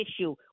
issue